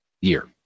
year